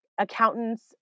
accountants